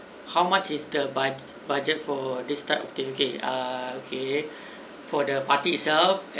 how much is the bud~ budget for this type of thing K uh okay for the party itself